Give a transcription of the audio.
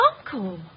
uncle